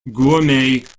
gourmet